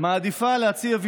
אסירים